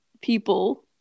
people